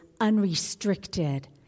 unrestricted